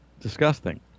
disgusting